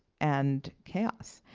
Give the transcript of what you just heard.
and chaos.